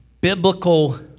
Biblical